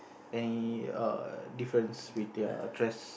any err difference with their dress